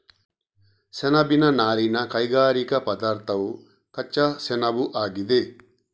ಸೆಣಬಿನ ನಾರಿನ ಕೈಗಾರಿಕಾ ಪದಾರ್ಥವು ಕಚ್ಚಾ ಸೆಣಬುಆಗಿದೆ